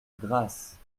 grasse